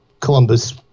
Columbus